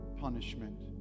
punishment